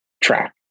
track